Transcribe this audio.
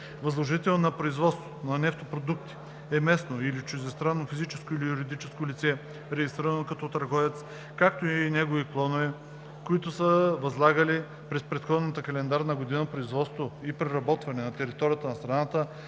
„Възложител на производство на нефтопродукти“ е местно или чуждестранно физическо или юридическо лице, регистрирано като търговец, както и негови клонове, които са възлагали през предходната календарна година производство и преработване на територията на страната